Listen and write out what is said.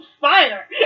fire